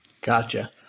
Gotcha